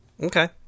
Okay